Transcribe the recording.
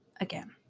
again